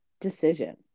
decision